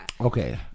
Okay